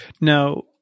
Now